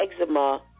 eczema